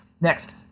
Next